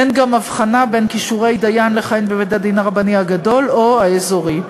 אין גם הבחנה בין כישורי דיין לכהן בבית-הדין הרבני הגדול או האזורי.